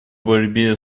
борьбе